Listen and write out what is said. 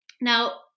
Now